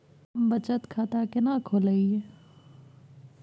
हम बचत खाता केना खोलइयै?